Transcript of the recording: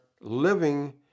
living